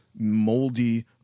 moldy